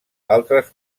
altres